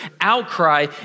outcry